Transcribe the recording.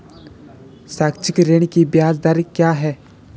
शैक्षिक ऋण की ब्याज दर क्या है?